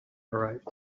arrived